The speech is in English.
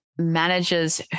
managers